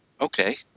Okay